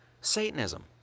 Satanism